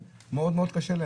מאוד מאוד קשה להם.